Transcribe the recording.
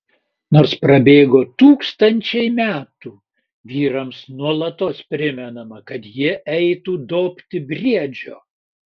nors prabėgo tūkstančiai metų vyrams nuolatos primenama kad jie eitų dobti briedžio